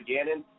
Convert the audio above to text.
Gannon